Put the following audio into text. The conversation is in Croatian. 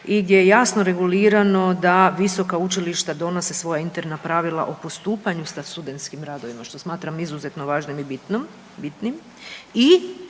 i gdje je jasno regulirano da visoka učilišta donose svoja interna pravila o postupanju sa studentskim radovima, što smatram izuzetno važnim i bitnim